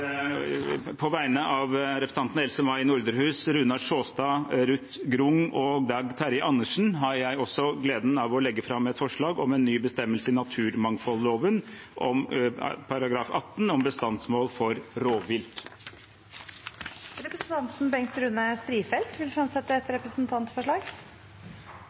På vegne av representantene av representantene Elsa-May Norderhus, Runar Sjåstad, Ruth Grung og Dag Terje Andersen har jeg også gleden av å legge fram et forslag om en ny bestemmelse i naturmangfoldloven § 18 om bestandsmål for rovvilt. Representanten Bengt Rune Strifeldt vil fremsette et